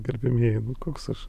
gerbiamieji nu koks aš